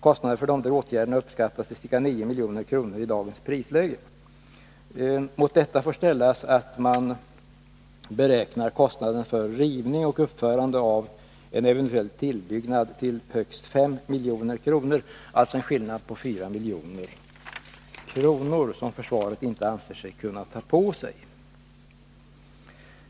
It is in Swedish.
Kostnaderna för dessa åtgärder uppskattas till ca 9 milj.kr. i dagens prisläge. Mot detta får ställas att man beräknar kostnaden för rivning och uppförande av en eventuell tillbyggnad till högst 5 milj.kr. Det är alltså en skillnad på 4 milj.kr., som försvaret inte kan ta på sig.